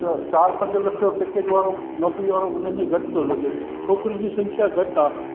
त चारि पंज जो लख पैकेज वारो नौकिरीअ वारो हुनखे घटि थो लॻे छोकिरियुनि जी संख्या घटि आहे